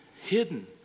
hidden